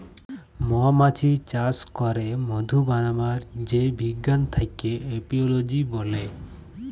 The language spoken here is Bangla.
মমাছি চাস ক্যরে মধু বানাবার যে বিজ্ঞান থাক্যে এপিওলোজি ব্যলে